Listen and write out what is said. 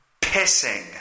pissing